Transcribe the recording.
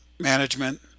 management